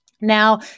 Now